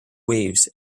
waves